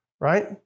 right